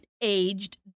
aged